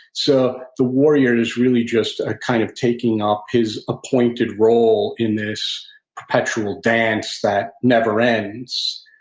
so the warrior is really just ah kind of taking up his appointed role in this perpetual dance that never ends.